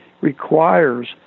requires